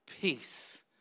peace